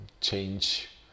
change